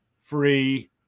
free